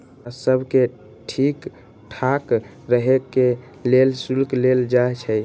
राजस्व के ठीक ठाक रहे के लेल शुल्क लेल जाई छई